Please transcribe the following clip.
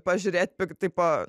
pažiūrėt pik tipo